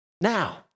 now